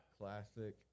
Classic